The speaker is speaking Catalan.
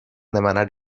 demanar